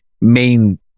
main